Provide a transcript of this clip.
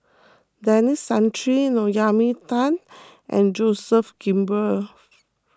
Denis Santry Naomi Tan and Joseph Grimberg